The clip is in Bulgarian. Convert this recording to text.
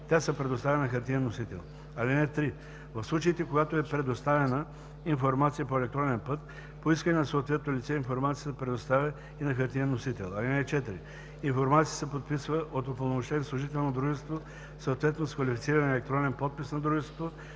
тя се предоставя на хартиен носител. (3) В случаите, когато е предоставена информация по електронен път, по искане на съответното лице информацията се предоставя и на хартиен носител. (4) Информацията се подписва от упълномощен служител на дружеството, съответно с квалифициран електронен подпис на дружеството,